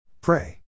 Pray